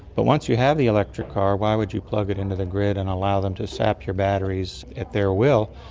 but once you have the electric car, why would you plug it into the grid and allow them to sap your batteries at their will,